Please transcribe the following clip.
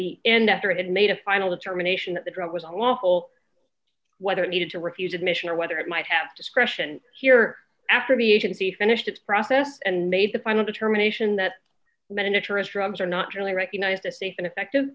the end after i had made a final determination that the drug was unlawful whether it needed to refuse admission or whether it might have discretion here after the agency finished its process and made the final determination that miniaturize drugs are not really recognized a safe and effective